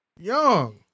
Young